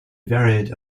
variant